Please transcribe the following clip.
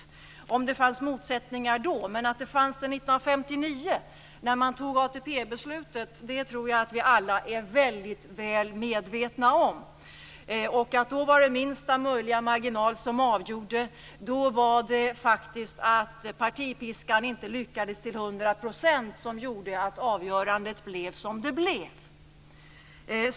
Jag vet inte om det fanns motsättningar då, men att sådana fanns 1959, när man tog ATP-beslutet, tror jag att vi alla är väldigt väl medvetna om. Då skedde avgörandet med minsta möjliga marginal. Det var faktiskt det förhållandet att partipiskan inte till hundra procent var framgångsrik som gjorde att avgörandet blev som det blev.